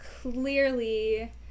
clearly